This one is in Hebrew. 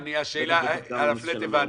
זה הבנו.